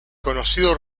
conocido